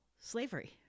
slavery